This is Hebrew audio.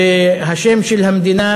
והשם של המדינה,